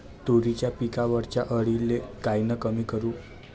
तुरीच्या पिकावरच्या अळीले कायनं कमी करू?